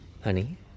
Honey